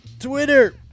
Twitter